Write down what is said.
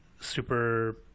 super